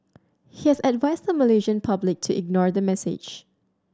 he has advised the Malaysian public to ignore the message